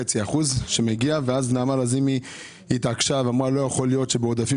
אחוזים שמגיע ואז נעמה לזימי התעקשה ואמרה שלא יכול להיות שבעודפים,